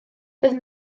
doedd